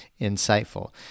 insightful